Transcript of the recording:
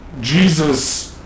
Jesus